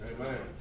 Amen